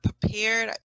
prepared